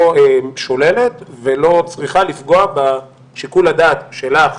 שוללת ולא צריכה לפגוע בשיקול הדעת שלך,